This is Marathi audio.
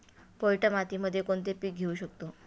पोयटा मातीमध्ये कोणते पीक घेऊ शकतो?